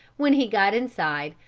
when he got inside,